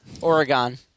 Oregon